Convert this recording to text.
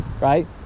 right